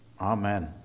Amen